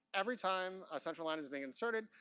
every time a central line is being inserted,